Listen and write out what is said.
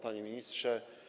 Panie Ministrze!